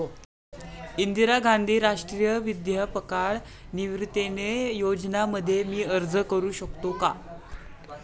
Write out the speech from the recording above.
इंदिरा गांधी राष्ट्रीय वृद्धापकाळ निवृत्तीवेतन योजना मध्ये मी अर्ज का करू शकतो का?